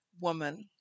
woman